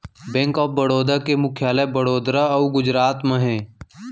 bank of Baroda के मुख्यालय बड़ोदरा अउ गुजरात म हे